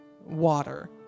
water